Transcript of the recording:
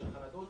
של חרדות,